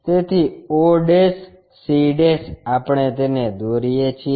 તેથી o c આપણે તેને દોરીએ છીએ